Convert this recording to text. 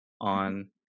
on